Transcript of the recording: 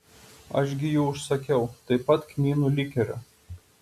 aš gi jų užsakiau taip pat kmynų likerio